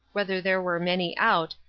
whether there were many out,